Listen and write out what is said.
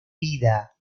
vida